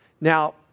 Now